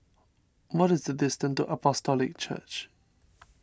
what is the distance to Apostolic Church